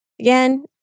again